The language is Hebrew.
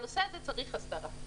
הנושא הזה צריך הסדרה.